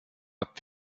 habt